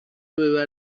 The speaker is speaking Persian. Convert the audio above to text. ببر